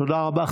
תודה רבה.